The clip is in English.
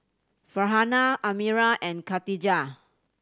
Farhanah Amirah and Katijah